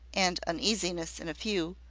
and uneasiness in a few,